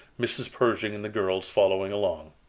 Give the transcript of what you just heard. mrs. pershing and the girls following along.